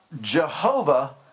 Jehovah